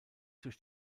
durch